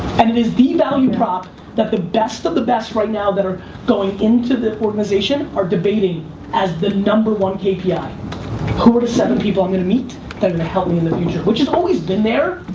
and it is the value prop that the best of the best right now that are going into the organization are debating as the number one kpi. ah who are the seven people i'm gonna meet that are gonna help me in the future? which has always been there,